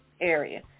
area